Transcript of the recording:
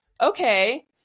okay